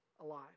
alive